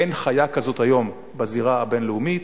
אין חיה כזאת היום בזירה הבין-לאומית.